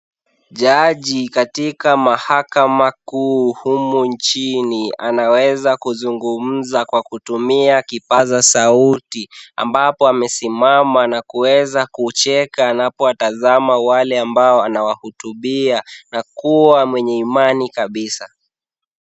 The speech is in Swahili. Jaji katika mahakama kuu humu nchini anaweza kuzungumza kwa kutumia kipaza sauti ambapo amesimama na kuweza kucheka anapowatazama wale ambao anaowahutubia na kuwa mwenye imani kabisa.